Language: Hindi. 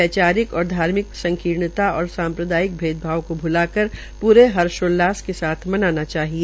वैचारिक और धार्मिक संकीर्णता और सांप्रदायिक भेदभाव के भ्लाकर पूरे हषोल्लास से मनाना चाहिए